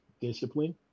discipline